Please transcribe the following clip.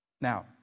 Now